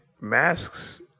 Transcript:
masks